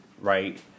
right